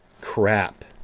crap